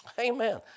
Amen